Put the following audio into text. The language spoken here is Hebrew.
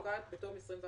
ההכרזה פוקעת בתום 24